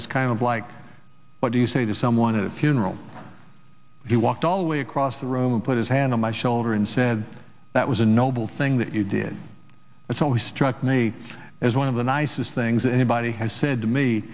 this kind of like what do you say to someone at a funeral he walked all the way across the room and put his hand on my shoulder and said that was a noble thing that you did and so he struck me as one of the nicest things and he has said to me